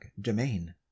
domain